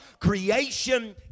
Creation